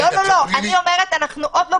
אנחנו עוד לא